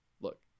Look